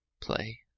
play